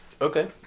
okay